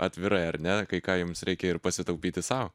atvirai ar ne kai ką jums reikia ir pasitaupyti sau